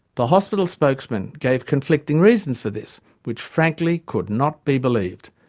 the hospital spokesmen gave conflicting reasons for this which, frankly, could not be believed,